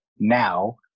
Now